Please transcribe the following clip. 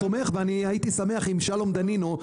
הייתי שמח אם שלום דנינו,